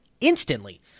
instantly